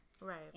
Right